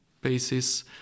basis